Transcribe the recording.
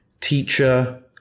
teacher